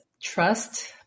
Trust